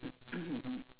mm